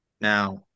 Now